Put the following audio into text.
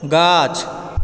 गाछ